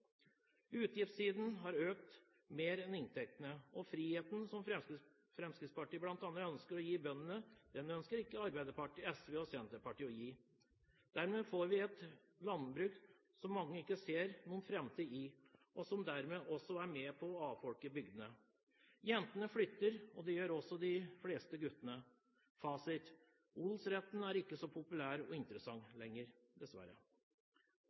Utgiftene har økt mer enn inntektene, og friheten som Fremskrittspartiet bl.a. ønsker å gi bøndene, ønsker ikke Arbeiderpartiet, SV og Senterpartiet å gi dem. Dermed får vi et landbruk som mange ikke ser noen framtid i, og som dermed også er med på å avfolke bygdene. Jentene flytter, og det gjør også de fleste guttene. Fasit: Odelsretten er ikke så populær og interessant lenger, dessverre.